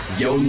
yo